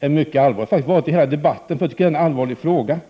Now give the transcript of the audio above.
är mycket allvarsam, och det har jag varit under hela debatten, för jag tycker att detta är en allvarlig fråga.